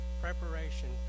preparation